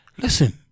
Listen